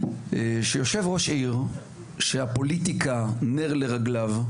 שיושב ראש עיר שהפוליטיקה נר לרגליו,